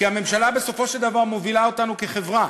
כי הממשלה בסופו של דבר מובילה אותנו כחברה.